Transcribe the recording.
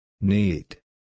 need